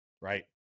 Right